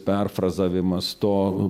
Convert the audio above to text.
perfrazavimas to